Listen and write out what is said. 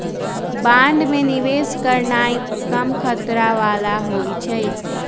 bond में निवेश करनाइ कम खतरा बला होइ छइ